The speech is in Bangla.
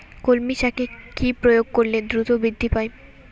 কলমি শাকে কি প্রয়োগ করলে দ্রুত বৃদ্ধি পায়?